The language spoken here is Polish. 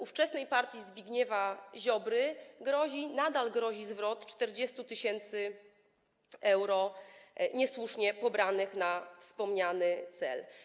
Ówczesnej partii Zbigniewa Ziobry nadal grozi zwrot 40 tys. euro niesłusznie pobranych na wspominany cel.